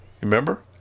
Remember